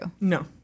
No